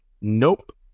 Nope